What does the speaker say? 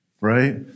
Right